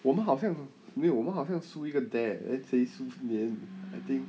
我们好像没有我们好像输一个 dare then 谁输去粘